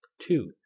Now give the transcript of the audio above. two